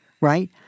right